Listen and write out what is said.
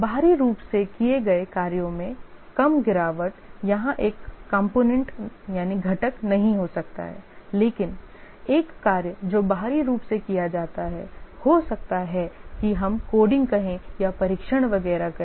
बाहरी रूप से किए गए कार्यों में कम गिरावट यहां एक घटक नहीं हो सकता है लेकिन एक कार्य जो बाहरी रूप से किया जाता है हो सकता है कि हम कोडिंग कहें या परीक्षण वगैरह करें